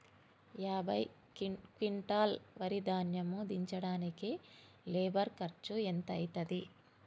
యాభై క్వింటాల్ వరి ధాన్యము దించడానికి లేబర్ ఖర్చు ఎంత అయితది?